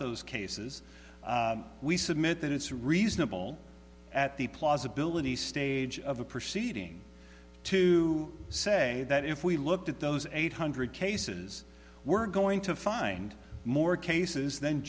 those cases we submit that it's reasonable at the plausibilities stage of a proceeding to say that if we looked at those eight hundred cases we're going to find more cases than